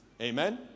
Amen